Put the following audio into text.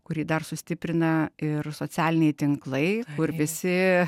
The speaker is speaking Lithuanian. kurį dar sustiprina ir socialiniai tinklai kur visi